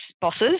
bosses